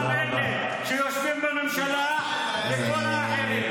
גם אלה שיושבים בממשלה וכל האחרים.